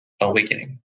awakening